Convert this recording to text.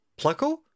Pluckle